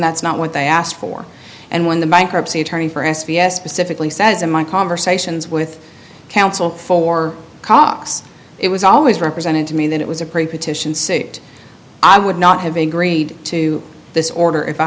that's not what they asked for and when the bankruptcy attorney for s p s specifically says in my conversations with counsel for cox it was always represented to me that it was a pretty petition suit i would not have been greed to this order if i